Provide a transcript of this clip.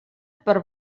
per